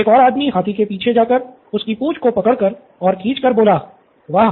एक और आदमी हाथी के पीछे जाकर उसकी पुंछ को पकड़कर और खींचकर बोला वाह